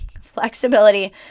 flexibility